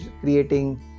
creating